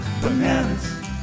bananas